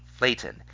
Flayton